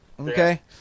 Okay